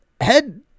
head